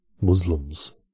Muslims